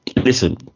listen